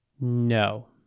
no